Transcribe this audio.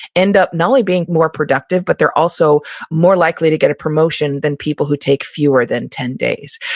end up, not only being more productive, but they're also more likely to get a promotion than people who take fewer than ten days.